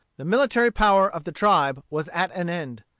the military power of the tribe was at an end.